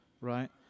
right